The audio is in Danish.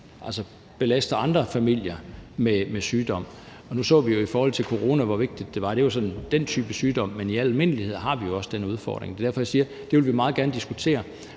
set belaster andre familier med sygdom. Nu så vi jo i forbindelse med corona, hvor vigtigt det forhold var. Det var så den type sygdom, men i al almindelighed har vi også den udfordring. Og det er derfor, jeg siger, at det vil vi meget gerne diskutere,